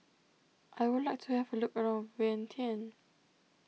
I would like to have a look around Vientiane